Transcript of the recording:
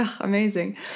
amazing